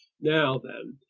now then,